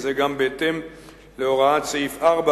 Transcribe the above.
וזה גם בהתאם להוראת סעיף 4